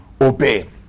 obey